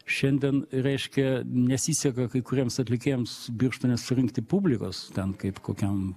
šiandien reiškia nesiseka kai kuriems atlikėjams birštone surinkti publikos ten kaip kokiam